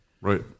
Right